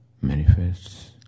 manifests